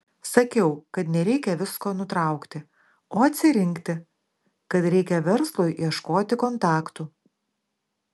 sakiau kad nereikia visko nutraukti o atsirinkti kad reikia verslui ieškoti kontaktų